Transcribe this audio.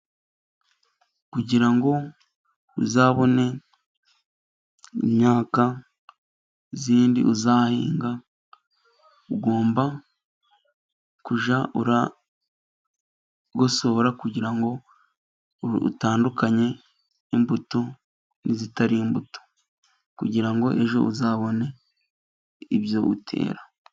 Kugira ngo uzabone imyaka yindi uzahinga, ugomba kujya uragosora kugira ngo utandukanye imbuto n'izitari imbuto, kugira ngo ejo uzabone ibyogutera.